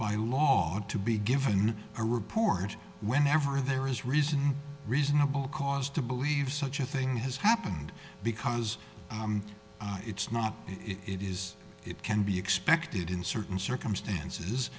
by law to be given a report whenever there is reason reasonable cause to believe such a thing has happened because it's not if it is it can be expected in certain circumstances